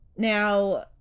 Now